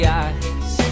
eyes